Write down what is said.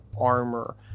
armor